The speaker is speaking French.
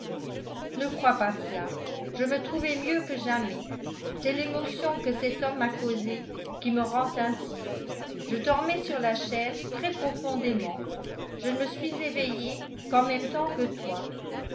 ne crois pas cela je me trouvais mieux que jamais c'est l'émotion que cet homme m'a causée qui me rend ainsi je dormais sur la chaise très profondément je ne me suis éveillée qu'en même temps que toi